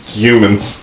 humans